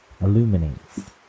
Illuminates